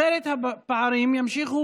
אחרת הפערים ימשיכו